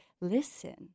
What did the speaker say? listen